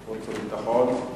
חוץ וביטחון.